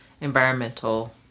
environmental